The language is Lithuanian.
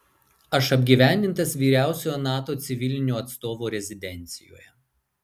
aš apgyvendintas vyriausiojo nato civilinio atstovo rezidencijoje